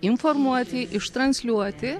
informuoti ištransliuoti